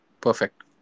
Perfect